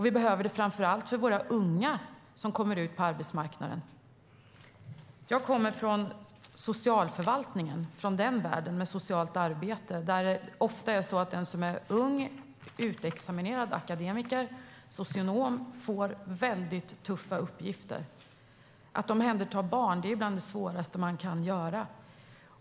Vi behöver det framför allt för våra unga som kommer ut på arbetsmarknaden. Jag kommer från socialförvaltningen, från den världen, med socialt arbete. Där är det ofta så att den som är ung, nyutexaminerad akademiker, socionom, får väldigt tuffa uppgifter. Att omhänderta barn är bland det svåraste man kan göra.